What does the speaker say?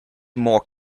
more